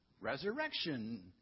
resurrection